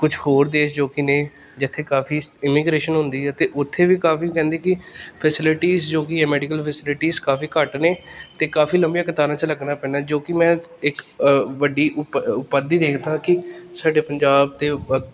ਕੁਛ ਹੋਰ ਦੇਸ਼ ਜੋ ਕਿ ਨੇ ਜਿੱਥੇ ਕਾਫੀ ਇਮੀਗ੍ਰੇਸ਼ਨ ਹੁੰਦੀ ਹੈ ਅਤੇ ਉੱਥੇ ਵੀ ਕਾਫੀ ਕਹਿੰਦੀ ਕਿ ਫੈਸਲਿਟੀਜ਼ ਜੋ ਕਿ ਮੈਡੀਕਲ ਫੈਸਿਲਿਟੀਜ਼ ਕਾਫੀ ਘੱਟ ਨੇ ਅਤੇ ਕਾਫੀ ਲੰਬੀਆਂ ਕਤਾਰਾਂ 'ਚ ਲੱਗਣਾ ਪੈਣਾ ਜੋ ਕਿ ਮੈਂ ਇੱਕ ਵੱਡੀ ਉਪ ਉਪਾਧੀ ਦੇਖਦਾ ਕਿ ਸਾਡੇ ਪੰਜਾਬ ਦੇ ਵੱ